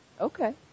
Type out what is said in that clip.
Okay